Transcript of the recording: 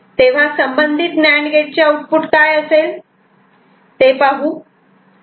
तेव्हा संबंधित NAND gate चे आउटपुट काय असतील ते पाहू